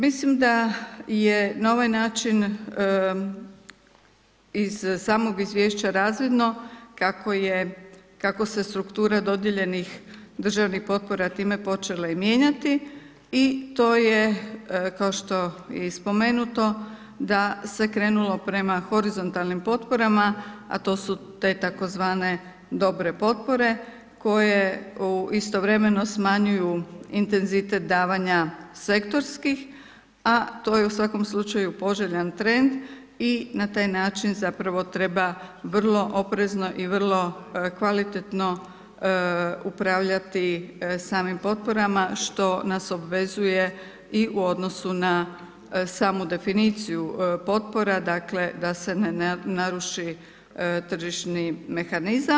Mislim da je na ovaj način iz samog izvješća razvidno, kako se struktura dodijeljenih državnih potpora time počele i mijenjati i to je kao što je spomenuto da se je krenulo prema horizontalnim potporama, a to su te tzv. dobre potpore, koje istovremeno smanjuju intenzitet davanja sektorskih, a to je u svakom slučaju poželjan trend i na taj način, zapravo treba vrlo oprezno i vrlo kvalitetno upravljati samim potporama, što nas obvezuju i u odnosu na samu definiciju potpora, dakle, da se ne naruši tržišni mehanizam.